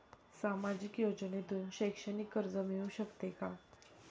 सामाजिक योजनेतून शैक्षणिक कर्ज मिळू शकते का?